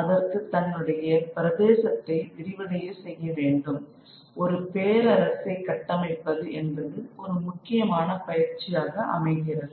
அதற்கு தன்னுடைய பிரதேசத்தை விரிவடைய செய்ய வேண்டும் ஒரு பேரரசை கட்டமைப்பது என்பது ஒரு முக்கியமான பயிற்சியாக அமைகிறது